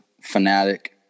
fanatic